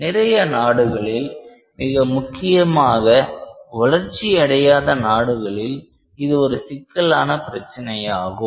நிறைய நாடுகளில் மிக முக்கியமாக வளர்ச்சியடையாத நாடுகளில் இது ஒரு சிக்கலான பிரச்சினையாகும்